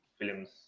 films